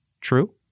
true